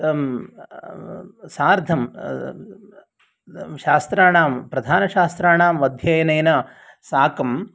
सार्धं शास्त्राणां प्रधानशास्त्राणाम् अध्ययनेन साकं